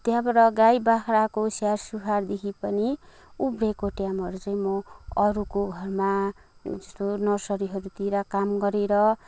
त्यहाँबाट गाई बाख्राको स्याहार सुसारदेखि पनि उब्रिएको टाइमहरू चाहिँ म अरूको घरमा जस्तो नर्सरीहरूतिर काम गरेर